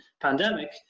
pandemic